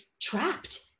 trapped